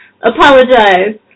Apologize